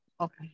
Okay